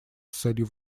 целью